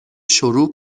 شروع